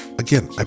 Again